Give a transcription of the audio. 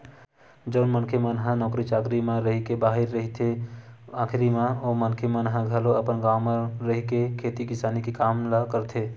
जउन मनखे मन ह नौकरी चाकरी म रहिके बाहिर रहिथे आखरी म ओ मनखे मन ह घलो अपन गाँव घर म रहिके खेती किसानी के काम ल करथे